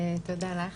תודה לך,